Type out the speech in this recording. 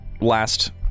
last